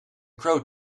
crow